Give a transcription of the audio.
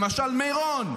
למשל מירון.